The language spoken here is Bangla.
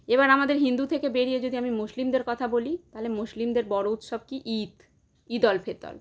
এবার আমাদের হিন্দু থেকে বেরিয়ে যদি আমি মুসলিমদের কথা বলি তাহলে মুসলিমদের বড়ো উৎসব কি ঈদ ঈদল ফেতল